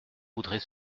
voudrait